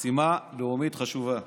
משימה לאומית חשובה.